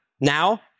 Now